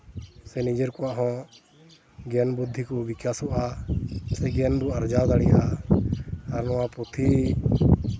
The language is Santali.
ᱥᱮ ᱱᱤᱡᱮᱨ ᱠᱚᱣᱟᱜ ᱦᱚᱸ ᱜᱮᱭᱟᱱ ᱵᱩᱫᱽᱫᱷᱤ ᱠᱚ ᱵᱤᱠᱟᱥᱚᱜᱼᱟ ᱥᱮ ᱜᱮᱭᱟᱱ ᱵᱚᱱ ᱟᱨᱡᱟᱣ ᱫᱟᱲᱮᱭᱟᱜᱼᱟ ᱟᱨ ᱱᱚᱣᱟ ᱯᱩᱛᱷᱤ